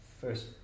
first